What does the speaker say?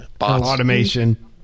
Automation